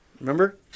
Remember